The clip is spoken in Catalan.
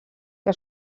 que